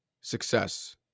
success